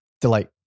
delight